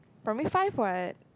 primary five what